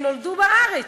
הם נולדו בארץ.